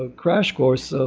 and crash course, so